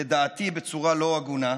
לדעתי בצורה לא הגונה,